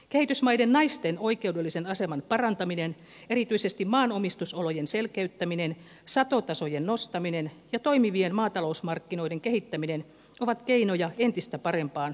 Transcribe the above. kehitysmaiden naisten oikeudellisen aseman parantaminen erityisesti maanomistusolojen selkeyttäminen satotasojen nostaminen ja toimivien maatalousmarkkinoiden kehittäminen ovat keinoja entistä parempaan ruokaturvaan